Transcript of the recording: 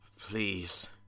Please